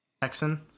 Texan